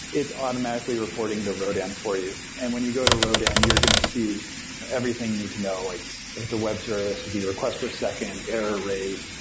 it's automatically recording into rodan for you, and when you go to rodan you're going to see everything you need to know. like if it's a web service, it'd and be request per second, error rate,